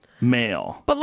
male